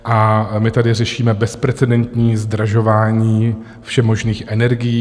A my tady řešíme bezprecedentní zdražování všemožných energií.